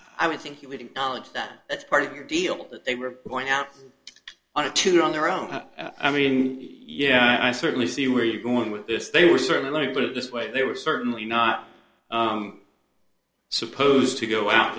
i would think you would acknowledge that it's part of your deal that they were going out on a tune on their own i mean yeah i certainly see where you're going with this they were certainly going to put it this way they were certainly not supposed to go out